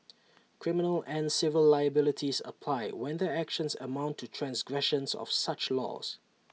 criminal and civil liabilities apply when their actions amount to transgressions of such laws